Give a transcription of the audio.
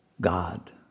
God